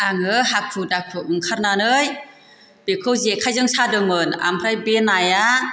आङो हाखु दाखु ओंखारनानै बेखौ जेखाइजों सादोंमोन आमफ्राय बे नाया